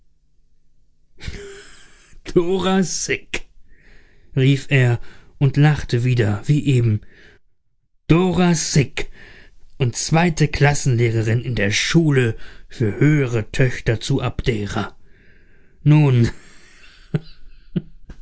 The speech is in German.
rief er und lachte wieder wie eben dora syk und zweite klassenlehrerin in der schule für höhere töchter zu abdera nun